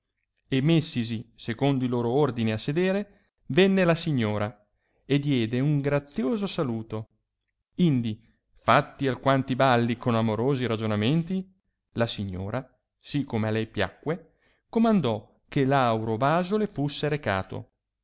messisi secondo i loro ordini a sedere venne la signora e diede un grazioso saluto indi fatti alquanti balli con amorosi ragionamenti la signora si come a lei piacque comandò che l'auro vaso le fusse recato